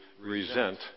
Resent